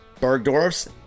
Bergdorf's